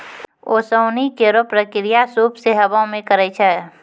ओसौनी केरो प्रक्रिया सूप सें हवा मे करै छै